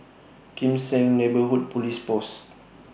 Kim Seng Neighbourhood Police Post